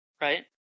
right